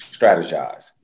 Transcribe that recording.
strategize